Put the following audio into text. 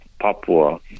Papua